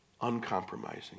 uncompromising